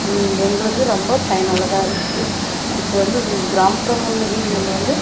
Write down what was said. எங்களுக்கு ரொம்ப பயனுள்ளதாக இருக்குது இப்போ வந்து கிராமப்புறங்கள்ல வீடுங்கள்ல வந்து